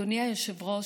אדוני היושב-ראש,